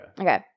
Okay